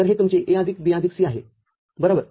तरहे तुमचे A आदिक B आदिक C आहे बरोबर